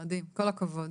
זה מדהים, כל הכבוד.